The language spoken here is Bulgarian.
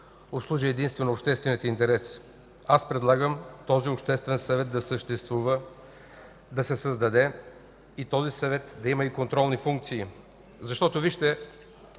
обслужи едиствено обществения интерес. Предлагам този Обществен съвет да съществува, да се създаде, той да има и контролни функции. Защото, вижте